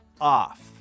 off